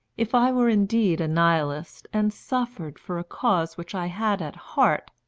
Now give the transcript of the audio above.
if i were indeed a nihilist, and suffered for a cause which i had at heart,